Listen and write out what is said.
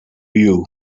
you